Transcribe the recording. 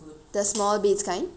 the small bits kind